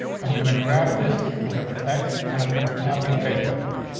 so i'm gonna grab this whatever text, and i'm gonna copy and paste it here.